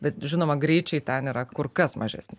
bet žinoma greičiai ten yra kur kas mažesni